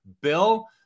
Bill